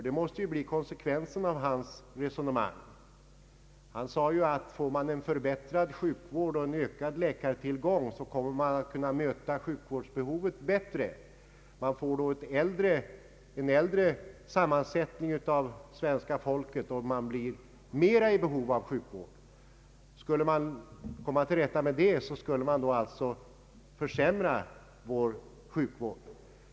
Det måste ju bli konsekvensen av hans resonemang. Han sade att om man får en förbättrad sjukvård och en ökad läkartillgång kommer man att få ett ökat sjukvårdsbehov. Skulle man komma till rätta med detta skulle man alltså försämra vår sjukvård.